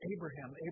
Abraham